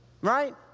Right